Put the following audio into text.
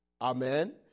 amen